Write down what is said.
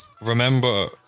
remember